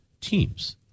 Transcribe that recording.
teams